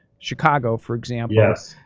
chicago, for example yes.